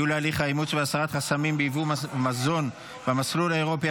ייעול הליך האימוץ והסרת חסמים ביבוא מזון במסלול האירופי),